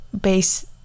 base